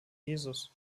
jesus